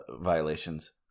violations